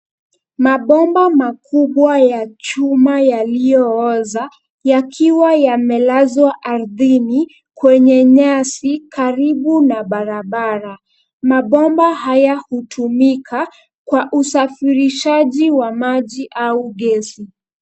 Mabomba makubwa ya chuma yaliyooza yakiwa yamelazwa ardhini kwenye nyasi karibu na barabara. Mabomba haya hutumika kwa usafirishaji wa maji au gesi.